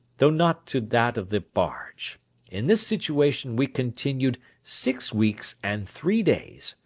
though not to that of the barge in this situation we continued six weeks and three days,